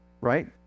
Right